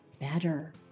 better